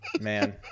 Man